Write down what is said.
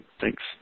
Thanks